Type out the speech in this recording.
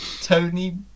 Tony